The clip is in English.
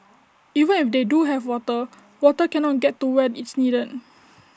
even if they do have water water cannot get to where it's needed